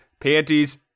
panties